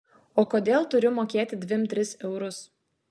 o kodėl turiu mokėti dvim tris eurus